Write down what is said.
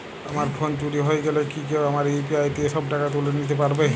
আমার ফোন চুরি হয়ে গেলে কি কেউ আমার ইউ.পি.আই দিয়ে সব টাকা তুলে নিতে পারবে?